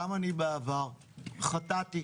גם אני בעבר חטאתי